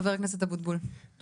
חברת הכנסת משה אבוטבול, בבקשה.